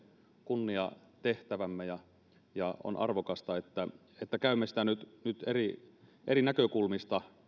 kunniatehtävämme ja on arvokasta että käymme sitä nyt nyt eri eri näkökulmista